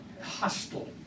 hostile